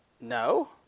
no